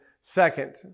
second